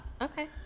Okay